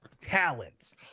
talents